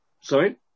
Sorry